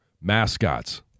mascots